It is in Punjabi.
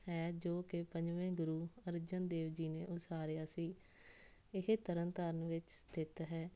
ਹੈ ਜੋ ਕਿ ਪੰਜਵੇਂ ਗੁਰੂ ਅਰਜਨ ਦੇਵ ਜੀ ਨੇ ਉਸਾਰਿਆ ਸੀ ਇਹ ਤਰਨਤਾਰਨ ਵਿੱਚ ਸਥਿਤ ਹੈ